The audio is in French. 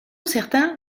certains